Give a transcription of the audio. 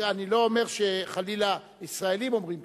אני לא אומר חלילה שישראלים אומרים כך.